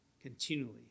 continually